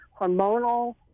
hormonal